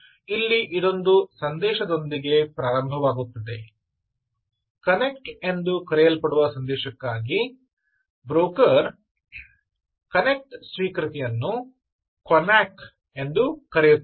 ಇಲ್ಲಿ ಇದೊಂದು ಸಂದೇಶದೊಂದಿಗೆ ಪ್ರಾರಂಭವಾಗುತ್ತದೆ 'ಕನೆಕ್ಟ್' ಎಂದು ಕರೆಯಲ್ಪಡುವ ಸಂದೇಶಕ್ಕಾಗಿ ಬ್ರೋಕರ್ 'ಕನೆಕ್ಟ್ ಸ್ವೀಕೃತಿ'ಯನ್ನು ಕೊನಾಕ್ ಎಂದೂ ಕರೆಯುತ್ತಾರೆ